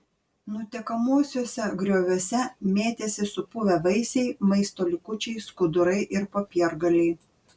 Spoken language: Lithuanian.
nutekamuosiuose grioviuose mėtėsi supuvę vaisiai maisto likučiai skudurai ir popiergaliai